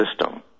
system